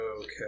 Okay